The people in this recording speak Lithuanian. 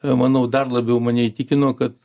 a manau dar labiau mane įtikino kad